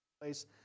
place